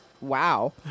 wow